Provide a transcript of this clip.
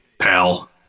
pal